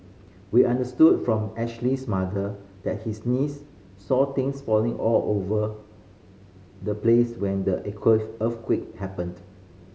we understood from Ashley's mother that his niece saw things falling all over the place when the earthquake happened